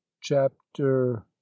Chapter